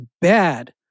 bad